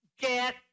get